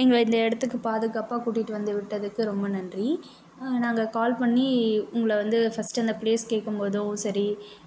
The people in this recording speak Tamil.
எங்களை இந்த இடத்துக்கு பாதுகாப்பாக கூட்டிகிட்டு வந்து விட்டதுக்கு ரொம்ப நன்றி நாங்கள் கால் பண்ணி உங்களை வந்து ஃபஸ்ட் அந்த ப்ளேஸ் கேட்கும்போதும் சரி